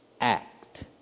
act